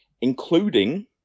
Including